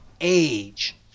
age